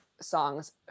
songs